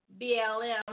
BLM